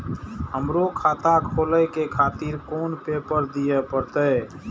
हमरो खाता खोले के खातिर कोन पेपर दीये परतें?